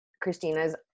Christina's